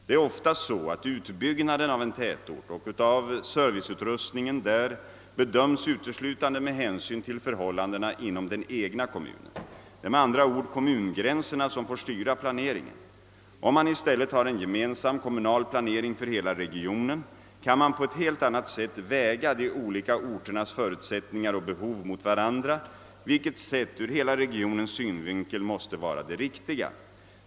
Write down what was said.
Det är ofta så, att utbyggnaden av en tätort och av serviceutrustningen där bedöms uteslutande med hänsyn till förhållandena inom den egna kommunen. Det är med andra ord kommungränserna som får styra planeringen. Om man i stället har en gemensam kommunal planering för hela regionen kan man på ett helt annat sätt väga de olika orternas förutsättningar och behov mot varandra, vilket sett ur hela regionens synvinkel måste vara det riktiga.